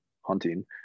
hunting